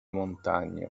montagne